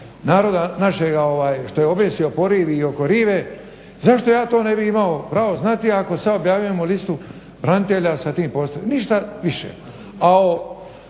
naroda našega što je objesio po rivi i oko rive. Zašto ja to ne bih imao pravo znati ako sad objavljujemo listu branitelja sa tim …, ništa više.